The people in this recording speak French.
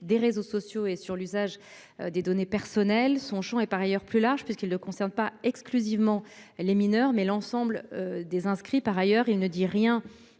des réseaux sociaux et sur l'usage des données personnelles son Champ et par ailleurs plus large puisqu'il ne concerne pas exclusivement les mineurs mais l'ensemble des inscrits. Par ailleurs, il ne dit rien